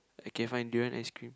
okay fine do you want ice cream